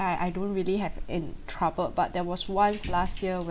I I don't really have in troubled but there was once last year